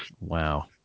Wow